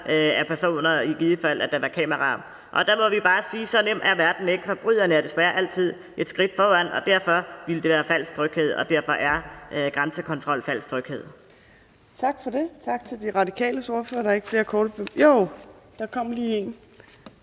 af et kamera eller af personer. Og der må vi bare sige, at så nem er verden ikke. Forbryderne er desværre altid et skridt foran, og derfor ville det være falsk tryghed, og derfor er grænsekontrol falsk tryghed.